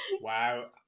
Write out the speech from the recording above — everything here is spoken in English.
Wow